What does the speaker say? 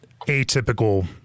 atypical